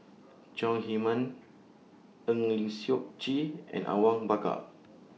Chong Heman Eng Lee Seok Chee and Awang Bakar